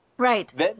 Right